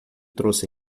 trouxe